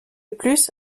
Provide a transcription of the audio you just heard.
plus